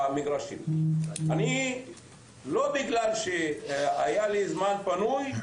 לא בגלל שהיה לי זמן פנוי,